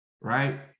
right